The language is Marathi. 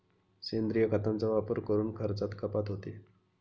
सेंद्रिय खतांचा वापर करून खर्चात कपात होते